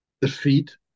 defeat